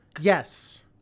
Yes